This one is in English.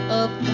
up